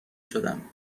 شدم